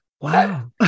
Wow